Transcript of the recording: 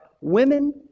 women